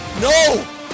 No